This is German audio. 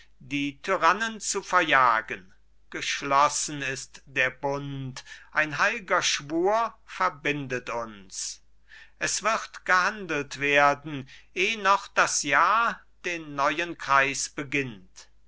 die tyrannen zu verjagen geschlossen ist der bund ein heil'ger schwur verbinde uns es wird gehandelt werden eh noch das jahr den neuen kreis beginnt